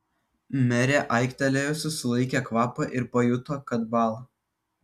merė aiktelėjusi sulaikė kvapą ir pajuto kad bąla